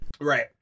Right